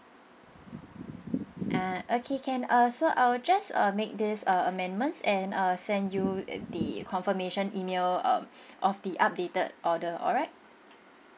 ah okay can uh so I'll just uh make this uh amendments and uh send you the confirmation email um of the updated order alright